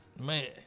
man